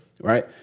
Right